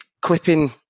clipping